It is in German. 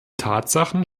tatsachen